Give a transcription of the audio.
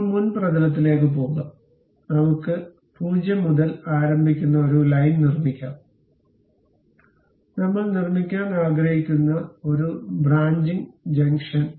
ഇപ്പോൾ മുൻ പ്രതലത്തിലേക്ക് പോകുക നമുക്ക് 0 മുതൽ ആരംഭിക്കുന്ന ഒരു ലൈൻ നിർമ്മിക്കാം നമ്മൾ നിർമ്മിക്കാൻ ആഗ്രഹിക്കുന്ന ഒരു ബ്രാഞ്ചിംഗ് ജംഗ്ഷൻ